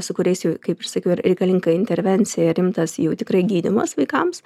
su kuriais jau kaip ir sakiau ir reikalinga intervencija rimtas jau tikrai gydymas vaikams